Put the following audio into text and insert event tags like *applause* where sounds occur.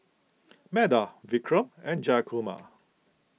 Medha Vikram and Jayakumar *noise*